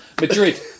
Madrid